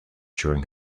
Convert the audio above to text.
during